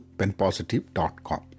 penpositive.com